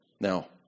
Now